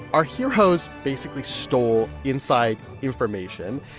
our heroes basically stole inside information.